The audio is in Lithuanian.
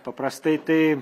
paprastai tai